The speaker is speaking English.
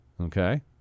Okay